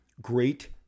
great